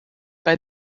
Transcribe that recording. bei